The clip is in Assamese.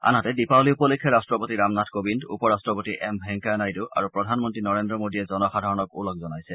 আনহাতে দীপাবলী উপলক্ষে ৰাষ্ট্ৰপতি ৰামনাথ কোবিন্দ উপ ৰাষ্ট্ৰপতি এম ভেংকায়া নাইডু আৰু প্ৰধানমন্ত্ৰী নৰেন্দ্ৰ মোদীয়ে জনসাধাৰণক ওলগ জনাইছে